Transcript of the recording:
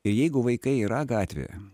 ir jeigu vaikai yra gatvėje